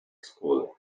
school